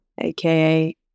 aka